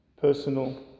personal